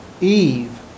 Eve